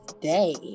day